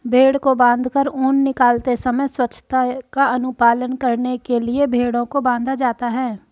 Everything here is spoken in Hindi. भेंड़ को बाँधकर ऊन निकालते समय स्वच्छता का अनुपालन करने के लिए भेंड़ों को बाँधा जाता है